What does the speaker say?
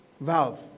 valve